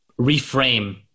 reframe